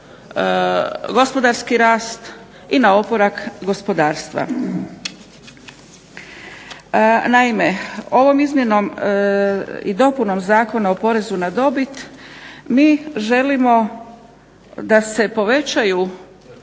gospodarski rast i na oporavak gospodarstva. Naime, ovom izmjenom i dopunom Zakona o porezu na dobit mi želimo da se povećaju